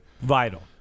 vital